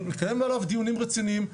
נקיים עליו דיונים רציניים,